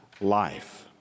life